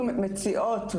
אנחנו מציעות,